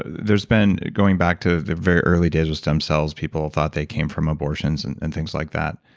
there's been going back to the very early days of stem cells, people thought they came from abortions and things like that.